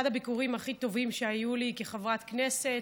אחד הביקורים הכי טובים שהיו לי כחברת כנסת.